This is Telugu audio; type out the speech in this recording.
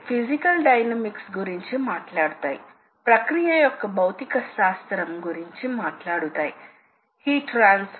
వేగం ఇది తిరిగే భాగం యొక్క కట్టింగ్ వేగానికి సంబంధించినది అయితే ఇక్కడ ఫీడ్ అనే పదం వస్తుంది